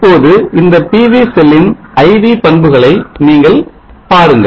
இப்போது இந்த PV செல்லின் I V பண்புகளை நீங்கள் பாருங்கள்